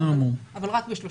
אבל רק ב-30%.